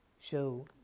show